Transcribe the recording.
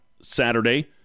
Saturday